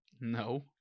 No